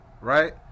right